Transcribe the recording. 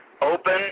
open